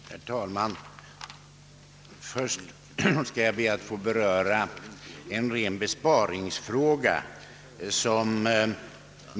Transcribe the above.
Herr talman! Först ber jag att få beröra en besparingsfråga.